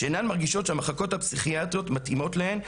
אותן נשים אינן מרגישות שהמחלקות הפסיכיאטריות מתאימות להן,